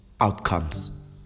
outcomes